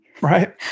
Right